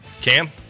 Cam